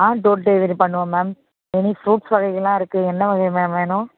ஆ door delivery பண்ணுவோம் ma'am any fruits வகைகள்லாம் இருக்கு என்ன வகை மேம் வேணும்